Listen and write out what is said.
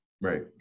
Right